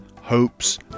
hopes